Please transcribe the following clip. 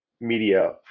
media